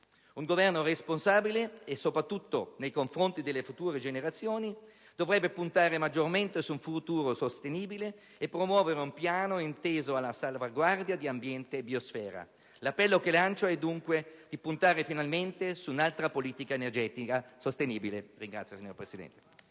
Un Governo responsabile, soprattutto nei confronti delle future generazioni, dovrebbe puntare maggiormente su un futuro sostenibile e promuovere un piano inteso alla salvaguardia di ambiente e biosfera. L'appello che lancio è dunque di puntare finalmente su un'altra politica energetica sostenibile.